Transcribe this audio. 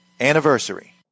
anniversary